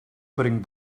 putting